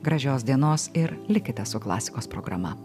gražios dienos ir likite su klasikos programa